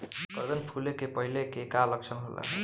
गर्दन फुले के पहिले के का लक्षण होला?